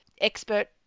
expert